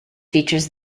features